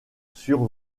sur